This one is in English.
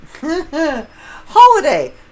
Holiday